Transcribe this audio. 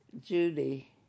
Judy